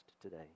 today